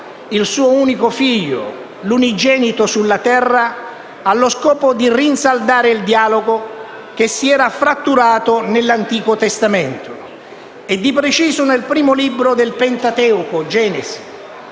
il suo unico figlio, l'Unigenito, sulla terra allo scopo di rinsaldare il dialogo che si era fratturato nell'Antico Testamento, e di preciso nel primo libro del Pentateuco (Genesi),